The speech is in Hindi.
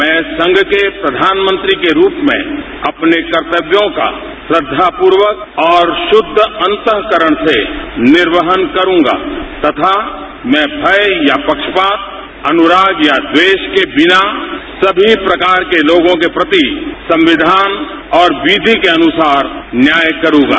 मैं संघ के प्रधानमंत्री के रूप में अपने कर्तव्यों का श्रद्दापूर्वक और शुद्द अंतरूकरण से निर्वाहण करूंगा तथा मैं भय या पक्षपात अनुराग या द्वेष के बिना सभी प्रकार के लोगों के प्रति संविधान और विधि के अनुसार न्याषय करूंगा